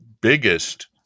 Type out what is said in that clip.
biggest